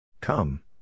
Come